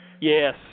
yes